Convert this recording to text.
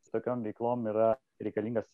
su tokiom veiklom yra reikalingas